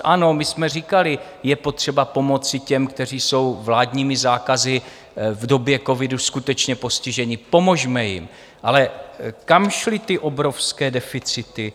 Ano, my jsme říkali, je potřeba pomoci těm, kteří jsou vládními zákazy v době covidu skutečně postiženi, pomozme jim, ale kam šly ty obrovské deficity?